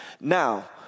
Now